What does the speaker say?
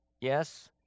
Yes